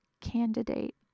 candidate